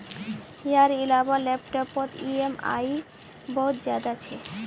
यार इलाबा लैपटॉप पोत ई ऍम आई बहुत ज्यादा छे